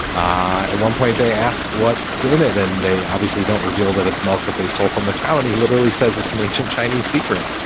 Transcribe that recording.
ah one point they ask what's in it and they obviously don't reveal that it's mouth that they stole from the county literally says it's an ancient chinese secret.